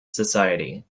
society